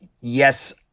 yes